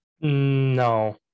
No